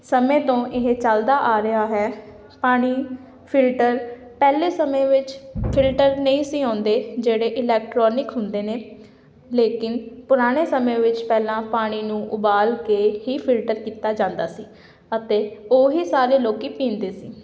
ਸਮੇਂ ਤੋਂ ਇਹ ਚੱਲਦਾ ਆ ਰਿਹਾ ਹੈ ਪਾਣੀ ਫਿਲਟਰ ਪਹਿਲੇ ਸਮੇਂ ਵਿੱਚ ਫਿਲਟਰ ਨਹੀਂ ਸੀ ਆਉਂਦੇ ਜਿਹੜੇ ਇਲੈਕਟਰੋਨਿਕ ਹੁੰਦੇ ਨੇ ਲੇਕਿਨ ਪੁਰਾਣੇ ਸਮੇਂ ਵਿੱਚ ਪਹਿਲਾਂ ਪਾਣੀ ਨੂੰ ਉਬਾਲ ਕੇ ਹੀ ਫਿਲਟਰ ਕੀਤਾ ਜਾਂਦਾ ਸੀ ਅਤੇ ਉਹ ਹੀ ਸਾਰੇ ਲੋਕ ਪੀਂਦੇ ਸੀ